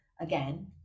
again